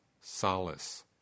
solace